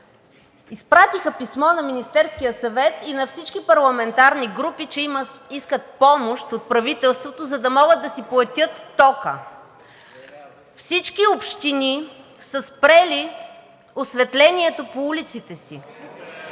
изпратиха писмо на Министерския съвет и на всички парламентарни групи, че искат помощ от правителството, за да могат да си платят тока. Всички общини са спрели осветлението по улиците си.